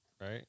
right